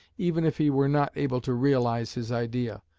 even if he were not able to realise his idea,